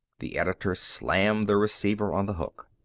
the editor slammed the receiver on the hook.